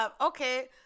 Okay